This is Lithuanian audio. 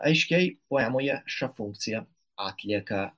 aiškiai poemoje šią funkciją atlieka